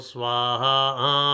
Swaha